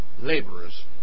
laborers